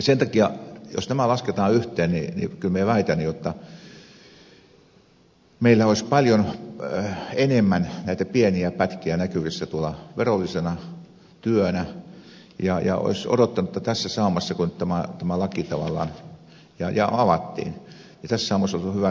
sen takia jos nämä lasketaan yhteen kyllä minä väitän jotta meillä olisi paljon enemmän näitä pieniä pätkiä näkyvissä verollisena työnä ja olisi odottanut jotta tässä saumassa kun tämä laki avattiin olisi ollut hyvä tehdä se korjaus